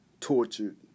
tortured